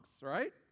right